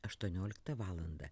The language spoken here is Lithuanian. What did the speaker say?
aštuonioliktą valandą